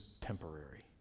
temporary